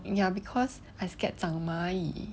ya because I scared 长蚂蚁